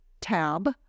tab